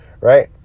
right